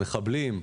מחבלים,